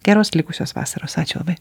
geros likusios vasaros ačiū labai